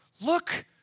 Look